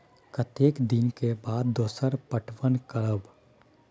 कतेक दिन के बाद दोसर पटवन करब?